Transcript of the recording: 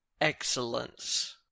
excellence